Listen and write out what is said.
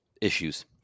issues